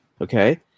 Okay